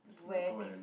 where peo~